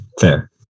Fair